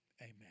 Amen